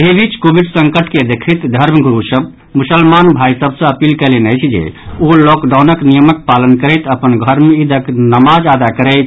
एहि बीच कोविड संकट के देखैत धर्म गुरू सभ मुसलमान भाई सभ सँ अपील कयलनि अछि जे ओ लॉकडाउनक नियमक पालन करैत अपन घर मे ईदक नमाज अदा करैथ